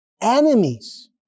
enemies